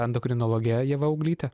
endokrinologe ieva auglyte